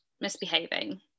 misbehaving